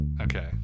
Okay